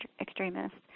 extremists